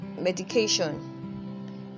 medication